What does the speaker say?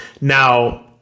Now